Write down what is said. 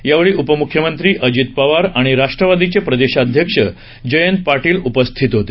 यावेळी उपमुख्यमंत्री अजित पवार आणि राष्ट्रवादीचे प्रदेशाध्यक्ष जयंत पाटील उपस्थित होते